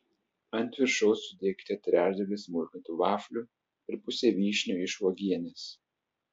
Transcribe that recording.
ant viršaus sudėkite trečdalį smulkintų vaflių ir pusę vyšnių iš uogienės